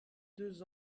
deux